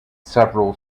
several